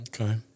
Okay